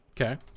Okay